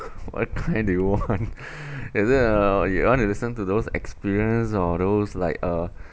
what kind do you want is it you want to listen to those experience or those like uh